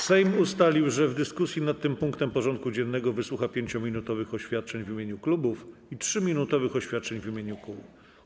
Sejm ustalił, że w dyskusji nad tym punktem porządku dziennego wysłucha 5-minutowych oświadczeń w imieniu klubów i 3-minutowych oświadczeń w imieniu kół.